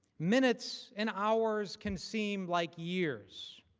minutes and hours can seem like years.